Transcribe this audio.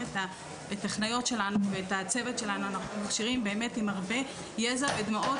את הטכנאיות ואת הצוות שלנו עם הרבה יזע ודמעות,